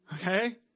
Okay